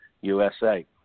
USA